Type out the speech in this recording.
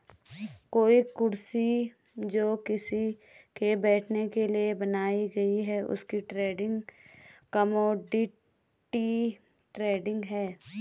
कोई कुर्सी जो किसी के बैठने के लिए बनाई गयी है उसकी ट्रेडिंग कमोडिटी ट्रेडिंग है